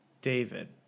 David